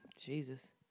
Jesus